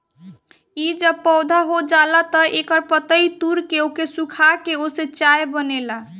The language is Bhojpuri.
इ जब पौधा हो जाला तअ एकर पतइ तूर के ओके सुखा के ओसे चाय बनेला